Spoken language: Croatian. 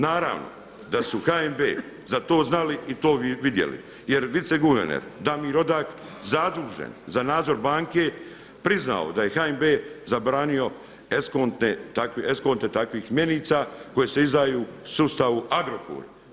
Naravno da su HNB za to znali i to vidjeli, jer vice guverner Damir Odak, zadužen za nadzor banke priznao da je HNB zabranio eskonte takvih mjenica koje se izdaju sustavu Agrokor.